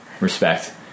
respect